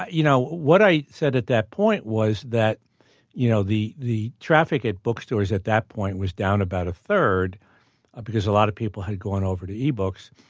ah you know what i said at that point was that you know the the traffic at bookstores at that point was down about a third because a lot of people had gone over to e-books.